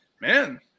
man